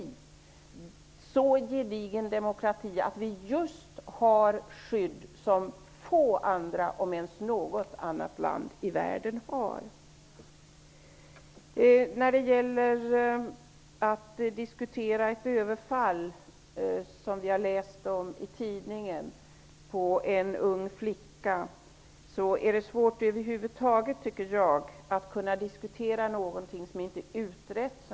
Sverige är en så gedigen demokrati att vi har ett skydd som få andra länder, om ens något annat land i världen, har. När det gäller ett överfall på en ung flicka, som vi har läst om i tidningen, är det enligt min mening svårt att över huvud taget diskutera någonting som inte är utrett.